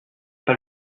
pas